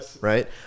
right